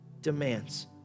demands